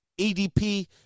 EDP